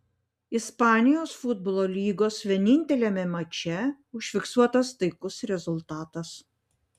ispanijos futbolo lygos vieninteliame mače užfiksuotas taikus rezultatas